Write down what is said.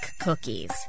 cookies